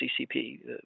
CCP